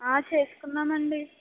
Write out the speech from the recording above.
చేసుకున్నామండి